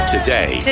Today